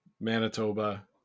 Manitoba